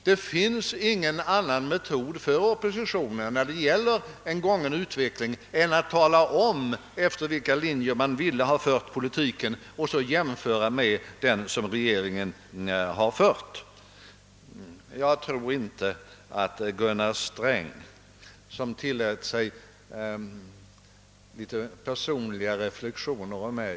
Det finns ingen annan metod för oppositionen när det gäller en gången utveckling än att tala om efter vilka linjer den ville ha fört politiken och jämföra med den politik som regeringen har fört. Gunnar Sträng gjorde några personliga reflektioner om mig.